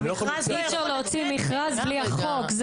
אי אפשר להוציא מכרז בלי החוק.